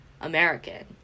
American